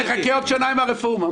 נחכה עוד שנה עם הרפורמה.